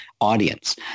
audience